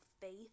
faith